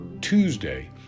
Tuesday